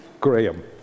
Graham